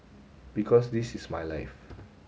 because this is my life